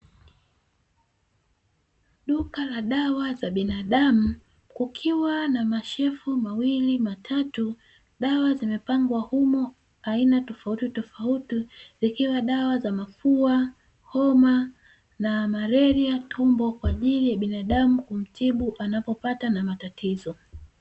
Duka la dawa za binadamu kukiwa na mashelfu mawili matatu, dawa zimepangwa humo aina tofauti tofauti zikiwa dawa za mafua, homa na maleria, tumbo, kwa ajili ya biandamu kumtibu anapopata matatizo.